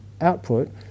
output